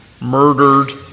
murdered